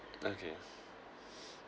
okay